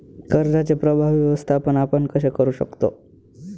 कर्जाचे प्रभावी व्यवस्थापन आपण कसे करु शकतो?